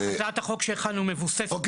הצעת החוק שהכנו מבוססת על הדבר הזה.